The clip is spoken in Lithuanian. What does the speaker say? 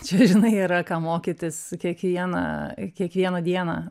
čia žinai yra ką mokytis kiekvieną kiekvieną dieną